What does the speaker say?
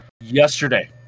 yesterday